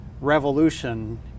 revolution